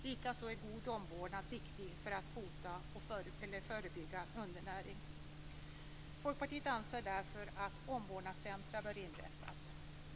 Likaså är god omvårdnad viktig för att bota och förebygga undernäring. Folkpartiet anser därför att omvårdnadscentrum bör inrättas.